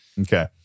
Okay